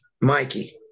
Mikey